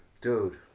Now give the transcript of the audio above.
Dude